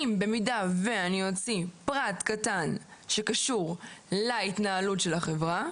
אם במידה ואני אוציא פרט קטן שקשור להתנהלות של החברה,